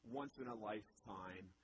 once-in-a-lifetime